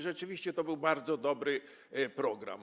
Rzeczywiście, to był bardzo dobry program.